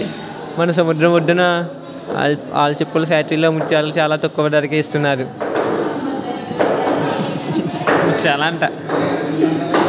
మన సముద్రం ఒడ్డున ఆల్చిప్పల ఫ్యాక్టరీలో ముత్యాలు చాలా తక్కువ ధరకే ఇస్తున్నారు